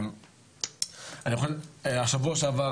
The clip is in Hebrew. בשבוע שעבר,